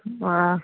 آ